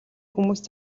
хүмүүст